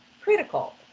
critical